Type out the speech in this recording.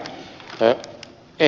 ehkä ed